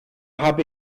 hab